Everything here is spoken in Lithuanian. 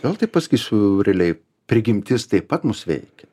vėl taip pasakysiu realiai prigimtis taip pat mus veikia